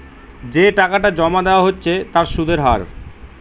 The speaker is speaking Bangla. যে টাকাটা জমা দেওয়া হচ্ছে তার সুদের হার